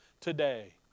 today